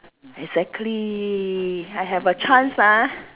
exactly I have a chance ah